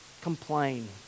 complain